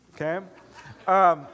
Okay